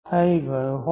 થઈ ગયો હોત